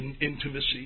intimacy